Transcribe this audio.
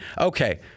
Okay